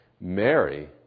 Mary